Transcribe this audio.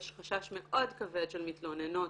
יש חשש מאוד כבד של מתלוננות